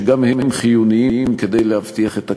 וגם הם חיוניים כדי להבטיח את הקיום: